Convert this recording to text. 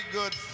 good